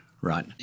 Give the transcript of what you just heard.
right